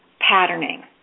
patterning